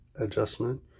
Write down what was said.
adjustment